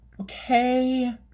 Okay